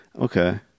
Okay